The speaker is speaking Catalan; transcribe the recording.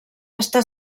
està